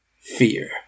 Fear